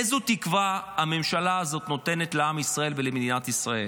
איזה תקווה הממשלה הזאת נותנת לעם ישראל ולמדינת ישראל?